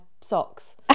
socks